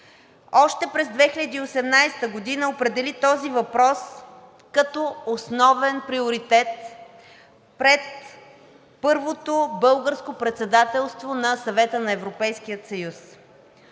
още през 2018 г. определи този въпрос като основен приоритет пред първото Българско председателство на Съвета на Европейския съюз.